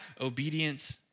obedience